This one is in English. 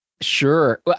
Sure